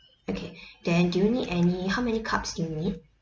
okay then do you need any how many cups do you need